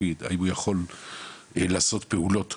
האם הוא יכול לעשות פעולות,